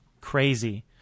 Crazy